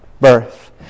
birth